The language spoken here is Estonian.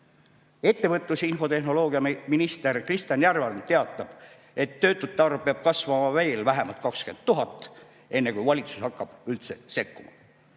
Ettevõtlus- ja infotehnoloogiaminister Kristjan Järvan teatab, et töötute arv peab kasvama veel vähemalt 20 000, enne kui valitsus hakkab üldse sekkuma.